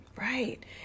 Right